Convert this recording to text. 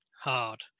hard